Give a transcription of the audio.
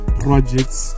projects